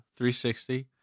360